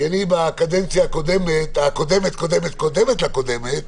בקדנציה הקודמת קודמת, קודמת לקודמת,